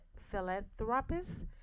philanthropist